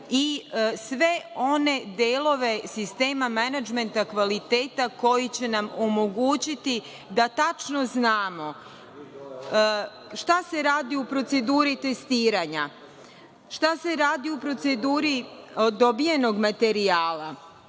i sve one delove sistema menadžmenta kvaliteta koji će nam omogućiti da tačno znamo šta se radi u proceduri testiranja, šta se radi u proceduri dobijenog materijala,